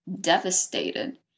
devastated